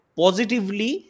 positively